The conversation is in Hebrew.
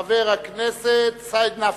חבר הכנסת סעיד נפאע.